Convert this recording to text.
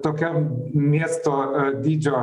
tokia miesto dydžio